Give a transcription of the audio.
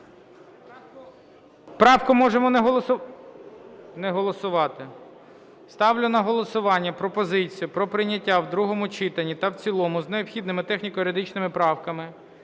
Микола Вікторович. Ставлю на голосування пропозицію про прийняття в другому читанні та в цілому за необхідними техніко-юридичними правками